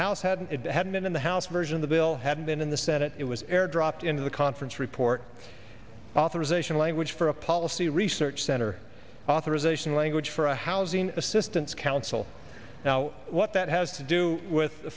house had it hadn't been in the house version the bill had been in the senate it was airdropped into the conference report authorization language for a policy research center authorization language for a housing assistance council now what that has to do with the